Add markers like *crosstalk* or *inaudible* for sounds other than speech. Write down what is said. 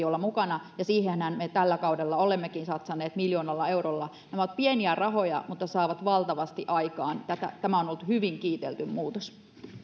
*unintelligible* olla mukana ja siihenhän me tällä kaudella olemme satsanneetkin miljoonalla eurolla nämä ovat pieniä rahoja mutta saavat valtavasti aikaan tämä on ollut hyvin kiitelty muutos